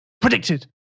predicted